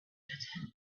attention